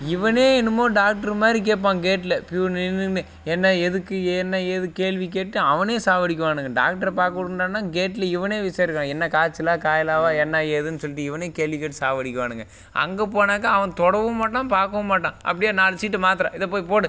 இவனே என்னமோ டாக்டரு மாதிரி கேட்பான் கேட்கல ப்யூனு நின்று என்ன எதுக்கு என்ன ஏது கேள்வி கேட்டு அவனே சாவடிக்கிவானுங்க டாக்டரை பார்க்கவுடுங்கடானா கேட்கல இவனே விசாரிக்கிறான் என்ன காய்ச்சலா காயலாவா என்ன ஏதுன்னு சொல்லிட்டு இவனே கேள்வி கேட்டு சாவடிக்கிவானுங்க அங்கே போனாக்கா அவன் தொடவும் மாட்டான் பார்க்கவும் மாட்டான் அப்டே நாலு சீட்டு மாத்தரை இதை போய் போடு